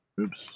oops